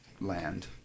land